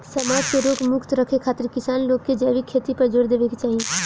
समाज के रोग मुक्त रखे खातिर किसान लोग के जैविक खेती पर जोर देवे के चाही